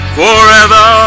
forever